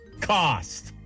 Cost